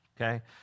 okay